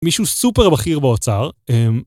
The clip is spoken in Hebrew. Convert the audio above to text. מישהו סופר בכיר באוצר.